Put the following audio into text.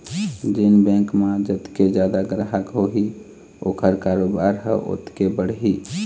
जेन बेंक म जतके जादा गराहक होही ओखर कारोबार ह ओतके बढ़ही